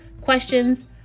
questions